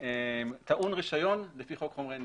טעון רישיון לפי חוק חומרי נפץ.